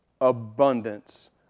abundance